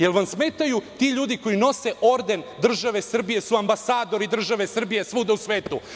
Jel vam smetaju ti ljudi koji nose orden države Srbije su ambasadori države Srbije svuda u svetu?